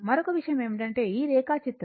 మరొక విషయం ఏమిటంటే ఈ రేఖాచిత్రం